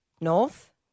North